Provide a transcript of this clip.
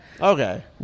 Okay